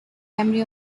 memory